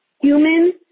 human